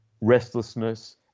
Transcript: restlessness